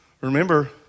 Remember